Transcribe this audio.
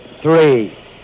three